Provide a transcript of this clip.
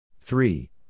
Three